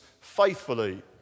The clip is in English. faithfully